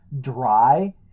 dry